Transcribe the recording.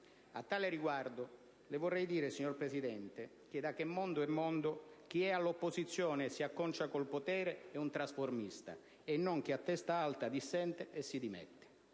A tale riguardo, le vorrei dire, signor Presidente, che, da che mondo è mondo, chi è all'opposizione e si acconcia con il potere è un trasformista, e non chi, a testa alta, dissente e si dimette.